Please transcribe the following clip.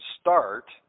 start